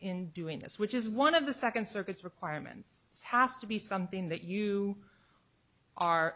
in doing this which is one of the second circuit's requirements has to be something that you are